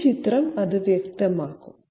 ഈ ചിത്രം അത് വ്യക്തമാക്കും